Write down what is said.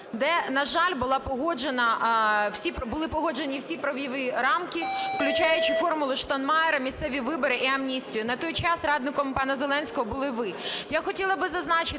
де, на жаль, були погоджені всі правові рамки, включаючи "формулу Штайнмайєра", місцеві вибори і амністію. На той час радником пана Зеленського були ви. Я хотіла би зазначити,